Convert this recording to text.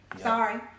Sorry